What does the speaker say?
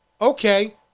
okay